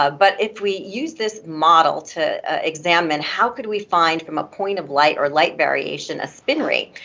ah but if we use this model to examine how could we find from a point of light, or light variation, a spin rate?